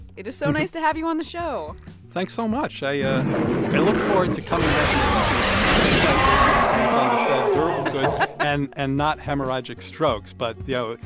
it is so nice to have you on the show thanks so much. i yeah i look forward to coming back and talking about twenty five basis points on the fed, durable goods and and not hemorrhagic strokes. but, you know,